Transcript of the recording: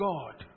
God